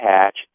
hatch